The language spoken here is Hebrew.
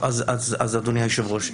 אדוני היושב-ראש,